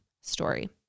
story